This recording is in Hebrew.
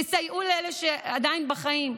סייעו לאלה שעדיין בחיים.